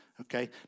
okay